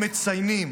הם מציינים